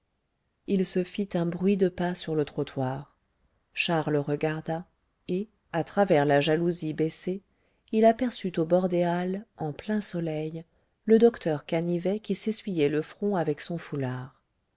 il se fit un bruit de pas sur le trottoir charles regarda et à travers la jalousie baissée il aperçut au bord des halles en plein soleil le docteur canivet qui s'essuyait le front avec son foulard